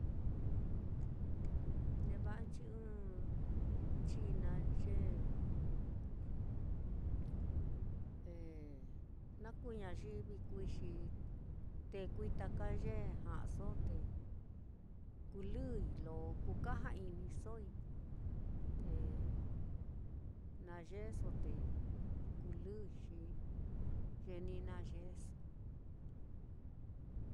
neva'a nchi ɨ́ɨ́n china ye na kuu ñayivi kuui, xi tekui taka ye ja'aso, te kulɨi lo kukaja-inisoi. te nayeeso te kulɨi xi ye ni nayeeso